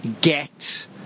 get